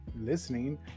listening